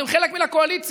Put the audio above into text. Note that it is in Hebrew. אתם חלק מן הקואליציה,